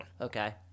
Okay